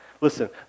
Listen